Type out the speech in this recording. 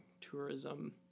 tourism